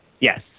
Yes